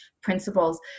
principles